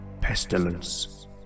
Pestilence